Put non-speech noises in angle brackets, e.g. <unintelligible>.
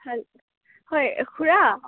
<unintelligible> হয় খুৰা